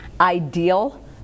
ideal